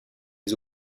les